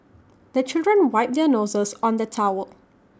the children wipe their noses on the towel